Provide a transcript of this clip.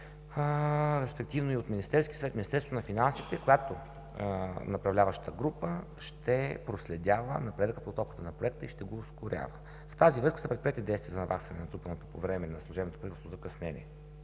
респективно и от Министерския съвет, Министерство на финансите, която направляваща група ще проследява напредъка по подготовката на Проекта и ще го ускорява. В тази връзка са предприети действия за наваксване на натрупаното по време на служебното правителство закъснение,